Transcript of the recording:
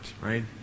right